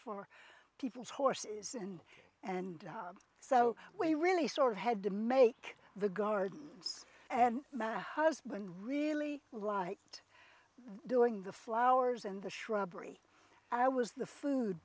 for people's horses and and so we really store had to make the gardens and my husband really liked doing the flowers in the shrubbery i was the food